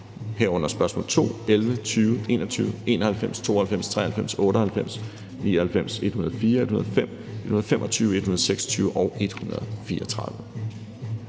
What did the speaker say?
herunder spørgsmål nr. 2, 11, 20, 21, 91, 92, 93, 98, 99, 104, 105, 125, 126 og 134.